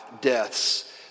deaths